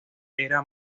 era